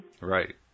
right